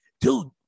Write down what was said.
dude